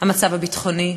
המצב הביטחוני,